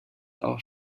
auch